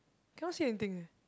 cannot see anything eh